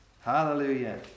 Hallelujah